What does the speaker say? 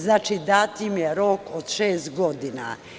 Znači, dat im je rok od šest godina.